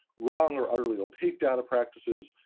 wrong or utterly opaque data practices,